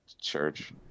Church